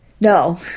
No